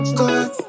good